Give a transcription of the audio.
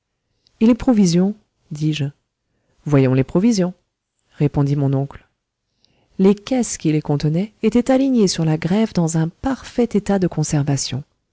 et les provisions dis-je voyons les provisions répondit mon oncle les caisses qui les contenaient étaient alignées sur la grève dans un parfait état de conservation